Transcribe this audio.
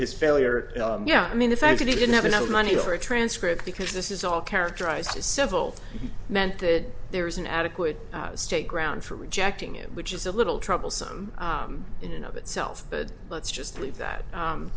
his failure yeah i mean the fact that he didn't have enough money for a transcript because this is all characterized as civil meant that there is an adequate state ground for rejecting it which is a little troublesome in and of itself but let's just leave